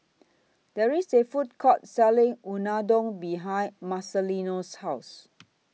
There IS A Food Court Selling Unadon behind Marcelino's House